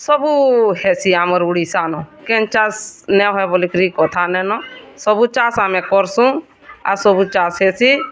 ସବୁ ହେସି ଆମର୍ ଓଡ଼ିଶା ନୁ କେନ୍ ଚାଷ୍ ନାଇ ହଏ ବୋଲି କଥା ନାଇନ ସବୁ ଚାଷ୍ କର୍ସୁଁ ଆଉ ସବୁ ଚାଷ୍ ହେସିଁ